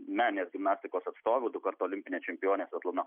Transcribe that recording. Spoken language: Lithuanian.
meninės gimnastikos atstovių dukart olimpinė čempionė svetlana